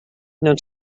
known